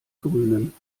grünen